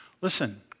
Listen